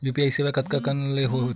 UPI सेवाएं कतका कान ले हो थे?